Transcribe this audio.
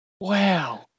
Wow